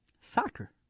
Soccer